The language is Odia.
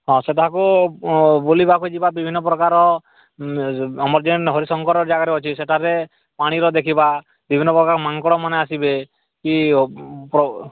ହଁ ସେଠାକୁ ବୁଲିବାକୁ ଯିବା ବିଭିନ୍ନ ପ୍ରକାର ଅମର ଯେନ ହରିଶଙ୍କର ଜାଗାରେ ଅଛି ସେଠାରେ ପାଣିର ଦେଖିବା ବିଭିନ୍ନ ପ୍ରକାର ମାଙ୍କଡ଼ମାନେ ଆସିବେ କି ପ୍ର